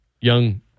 young